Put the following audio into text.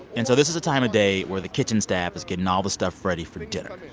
and so this is a time of day where the kitchen staff is getting all the stuff ready for dinner.